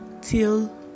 till